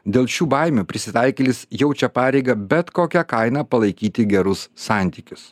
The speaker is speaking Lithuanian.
dėl šių baimių prisitaikėlis jaučia pareigą bet kokia kaina palaikyti gerus santykius